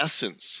essence